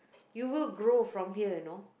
you will grow from here you know